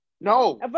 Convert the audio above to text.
No